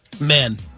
men